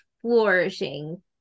flourishing